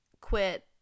quit